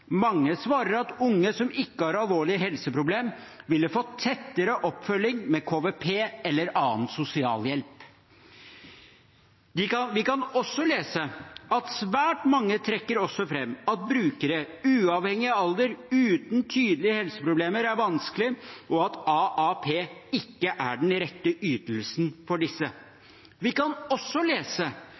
KVP eller annen sosialhjelp.» Vi kan også lese: «Svært mange trekker også frem at brukere uten tydelige helseproblemer er vanskelig og at AAP ikke er den rette ytelsen for disse.» Videre leser vi: